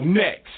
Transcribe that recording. next